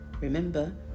Remember